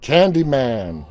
Candyman